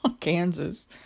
Kansas